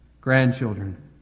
grandchildren